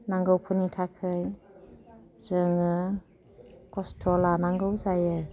नांगौफोरनि थाखै जोङो खस्थ' लानांगौ जायो